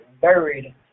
buried